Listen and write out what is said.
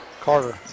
Carter